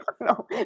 No